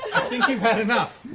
think you've had enough.